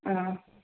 ആ